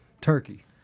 turkey